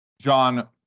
John